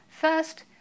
First